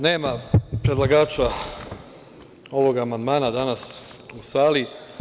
Nema predlagača ovog amandmana danas u sali.